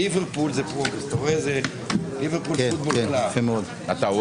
מראש הגענו לכאן כי יש המורכבות- -- אני לא